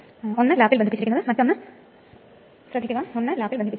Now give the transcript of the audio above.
ഒന്നാം വർഷ തലത്തിൽ മാത്രമാണ് ഞാൻ ഉദ്ദേശിച്ചത്